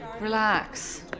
Relax